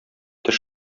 теш